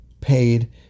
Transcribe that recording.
paid